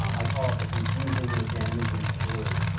um i call it the confusing and a damaging story.